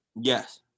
Yes